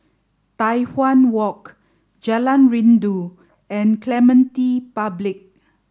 Tai Hwan Walk Jalan Rindu and Clementi Public